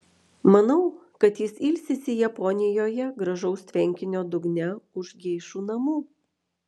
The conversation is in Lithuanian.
manau kad jis ilsisi japonijoje gražaus tvenkinio dugne už geišų namų